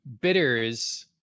bitters